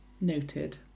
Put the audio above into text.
Noted